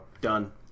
Done